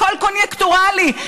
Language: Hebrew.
הכול קוניונקטורלי.